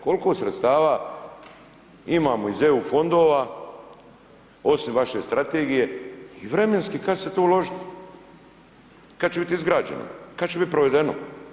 Koliko sredstava imamo iz EU fondova, osim vaše strategije i vremenski kada će se to uložiti, kada će biti izgrađeno, kada će biti provedeno.